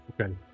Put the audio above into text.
okay